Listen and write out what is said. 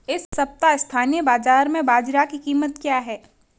इस सप्ताह स्थानीय बाज़ार में बाजरा की कीमत क्या है?